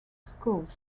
schools